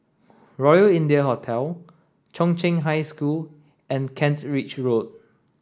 Royal India Hotel Chung Cheng High School and Kent Ridge Road